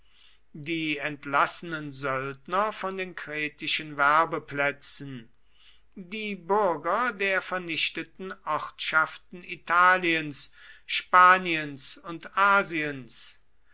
die entlassenen söldner von den kretischen werbeplätzen die bürger der vernichteten ortschaften italiens spaniens und asiens